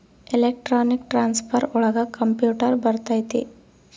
electronic transfer ಒಳಗ computer ಬರತೈತಿ